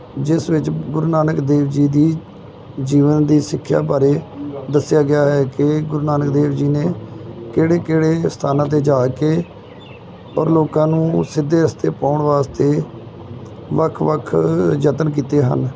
ਜਿਸ ਵਿੱਚ ਗੁਰੂ ਨਾਨਕ ਦੇਵ ਜੀ ਦੀ ਜੀਵਨ ਦੀ ਸਿੱਖਿਆ ਬਾਰੇ ਦੱਸਿਆ ਗਿਆ ਹੈ ਕਿ ਗੁਰੂ ਨਾਨਕ ਦੇਵ ਜੀ ਨੇ ਕਿਹੜੇ ਕਿਹੜੇ ਅਸਥਾਨਾਂ 'ਤੇ ਜਾ ਕੇ ਔਰ ਲੋਕਾਂ ਨੂੰ ਸਿੱਧੇ ਰਸਤੇ ਪਾਉਣ ਵਾਸਤੇ ਵੱਖ ਵੱਖ ਯਤਨ ਕੀਤੇ ਹਨ